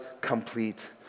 complete